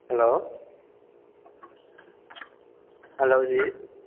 hello hello G